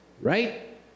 right